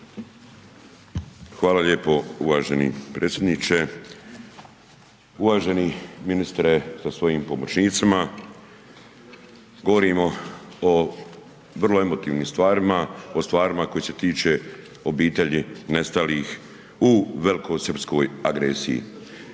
Hvala lijepo uvaženi predsjedniče. Uvaženi ministre sa svojim pomoćnicima. Govorimo o vrlo emotivnim stvarima, o stvarima koje se tiče obitelji nestalih u velikosrpskoj agresiji.